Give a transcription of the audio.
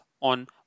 on